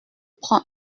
prend